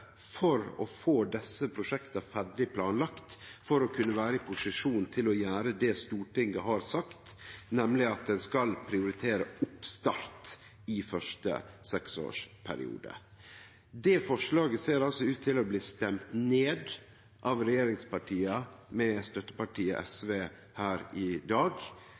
for å få desse prosjekta ferdig planlagde, for å kunne vere i posisjon til å gjere det Stortinget har sagt, nemleg at ein skal prioritere oppstart i første seksårsperiode. Det forslaget ser altså ut til å bli stemt ned av regjeringspartia og støttepartiet SV her i dag.